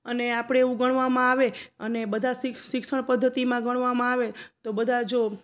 અને આપણે એવું ગણવામાં આવે અને બધા શિ શિક્ષણ પદ્ધતિમાં ગણવામાં આવે તો બધા જો